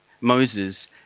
Moses